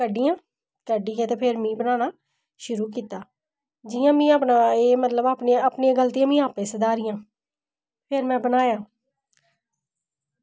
कड्ढियां ते कड्ढियै फिर में बनाना शुरू कीता जि'यां में अपनियां गलतियां में आपे सुधारियां फिर में बनाये